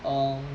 oh